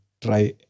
try